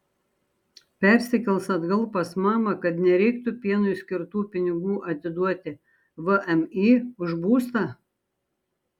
persikels atgal pas mamą kad nereiktų pienui skirtų pinigų atiduoti vmi už būstą